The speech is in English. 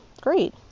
great